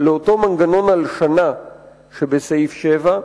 לאותו מנגנון הלשנה שבסעיף 7,